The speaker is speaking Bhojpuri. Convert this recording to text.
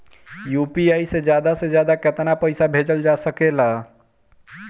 यू.पी.आई से ज्यादा से ज्यादा केतना पईसा भेजल जा सकेला?